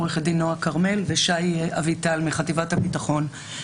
עו"ד נועה כרמל ושי אביטל מחטיבת הביטחון,